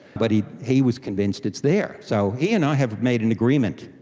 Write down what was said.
but he he was convinced it's there. so he and i have made an agreement,